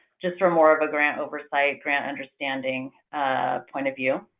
just for more of a grant oversight grand understanding point of view.